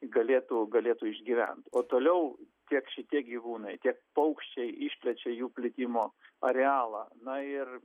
galėtų galėtų išgyvent o toliau tiek šitie gyvūnai tiek paukščiai išplečia jų plitimo arealą na ir